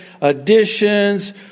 additions